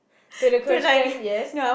to the question yes